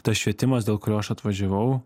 tas švietimas dėl kurio aš atvažiavau